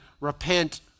repent